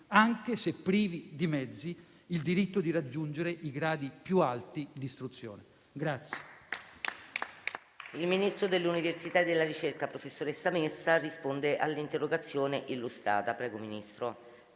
anche se privi di mezzi, il diritto di raggiungere i gradi più alti di istruzione.